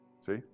See